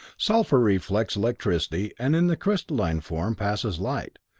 sulphur reflects electricity and in the crystalline form passes light.